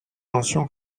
mention